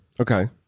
Okay